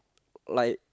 like